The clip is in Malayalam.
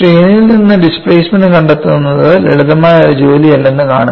സ്ട്രെയിൻ ഇൽ നിന്ന് ഡിസ്പ്ലേമെൻറ് കണ്ടെത്തുന്നത് ലളിതമായ ഒരു ജോലിയല്ലെന്ന് കാണുക